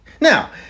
Now